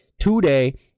today